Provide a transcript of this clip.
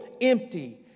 empty